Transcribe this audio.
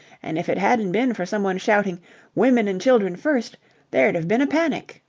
and if it hadn't been for someone shouting women and children first there'd have been a panic.